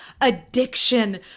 addiction